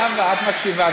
זהבה, את מקשיבה.